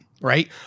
right